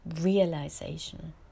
realization